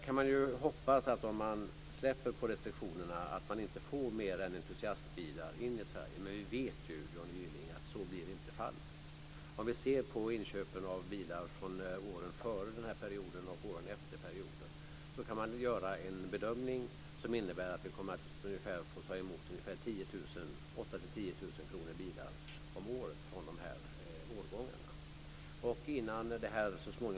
Man kan ju hoppas att man inte får mer än entusiastbilar in i Sverige om man släpper på restriktionerna, men vi vet ju, Johnny Gylling, att så blir inte fallet. Om vi ser på inköpen av bilar från åren före och åren efter den här perioden, kan man göra en bedömning som innebär att vi kommer att få ta emot 8 000-10 000 bilar om året från de här årgångarna.